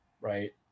right